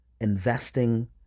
investing